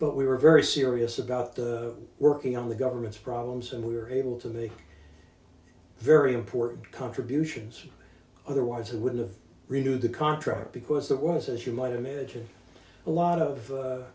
but we were very serious about working on the government's problems and we were able to make very important contributions otherwise it would have redo the contract because that was as you might imagine a lot of